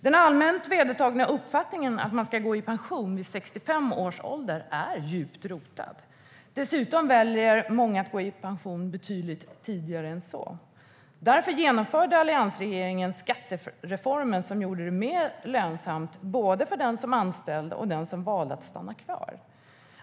Den allmänt vedertagna uppfattningen att man ska gå i pension vid 65 års ålder är djupt rotad. Dessutom väljer många att gå i pension betydligt tidigare än så. Därför genomförde alliansregeringen skattereformer som gjorde det mer lönsamt både för den som anställde och den som valde att stanna kvar.